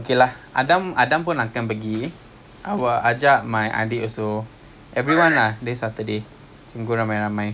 ada ada ada S_G buy as you but we can S_G buy or we can take the tram there also lah if you want